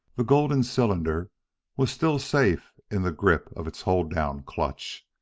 the golden cylinder was still safe in the grip of its hold-down clutch,